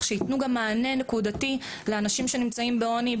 שיתנו מענה נקודתי לאנשים שנמצאים בעוני,